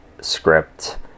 script